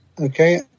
Okay